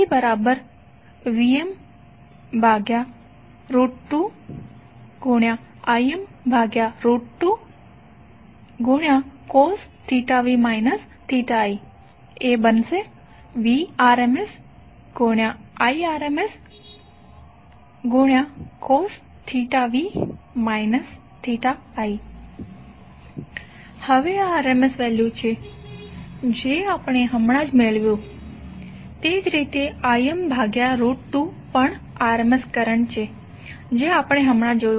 PVm2Im2 cos v i Vrms Irms cosv i હવે આ RMS value છે જે આપણે હમણાં જ મેળવ્યું છે અને તે જ રીતે Im ભાગ્યા રુટ 2 પણ RMS કરંટ છે જે આપણે હમણાં જોયો